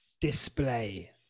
display